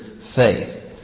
faith